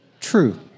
true